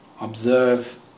observe